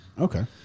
Okay